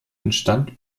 entstand